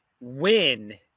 win